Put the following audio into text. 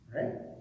Right